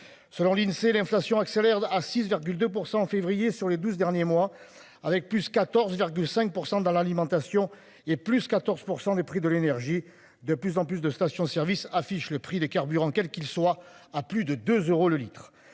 Selon l'Insee, l'inflation accélère à 6,2% en février sur les 12 derniers mois, avec plus 14,5% dans l'alimentation et plus 14% des prix de l'énergie de plus en plus de stations service affiche le prix des carburants, quel qu'il soit à plus de deux euros le litre,